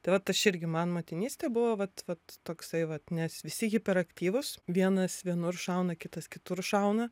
tai vat aš irgi man motinystė buvo vat vat toksai vat nes visi hiperaktyvūs vienas vienur šauna kitas kitur šauna